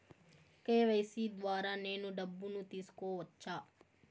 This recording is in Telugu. కె.వై.సి ద్వారా నేను డబ్బును తీసుకోవచ్చా?